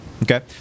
Okay